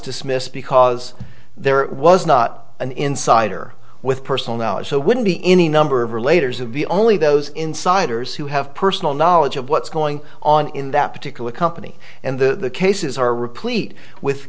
dismissed because there was not an insider with personal knowledge so wouldn't be any number of or later be only those insiders who have personal knowledge of what's going on in that particular company and the cases